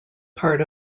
part